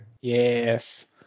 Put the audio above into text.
Yes